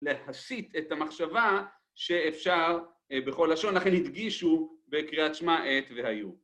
להסיט את המחשבה, שאפשר, אה... בכל לשון, ולכן הדגישו בקריאת שמע את "והיו".